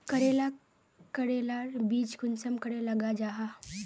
करेला करेलार बीज कुंसम करे लगा जाहा?